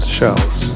Shells